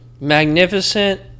magnificent